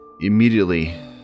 Immediately